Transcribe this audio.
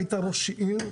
הוא כמעט עשה טעויות.